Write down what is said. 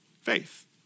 Faith